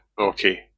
Okay